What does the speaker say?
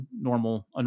normal